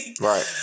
Right